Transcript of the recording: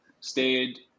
stayed